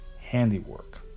handiwork